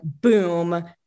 boom